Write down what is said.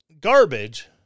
garbage